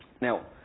Now